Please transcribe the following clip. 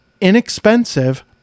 inexpensive